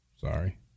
Sorry